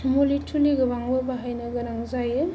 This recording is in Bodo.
मुलि तुलिबो गोबांबो बाहायनो गोनां जायो